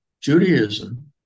Judaism